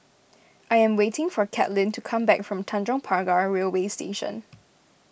I am waiting for Katlyn to come back from Tanjong Pagar Railway Station